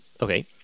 Okay